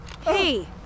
Hey